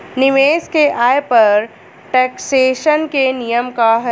निवेश के आय पर टेक्सेशन के नियम का ह?